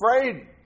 afraid